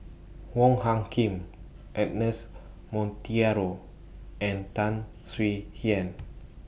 Wong Hung Khim Ernest Monteiro and Tan Swie Hian